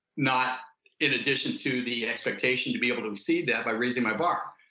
not in addition to the expectation to be able to exceed that by raising my bar.